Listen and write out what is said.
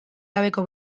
gabeko